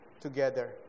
together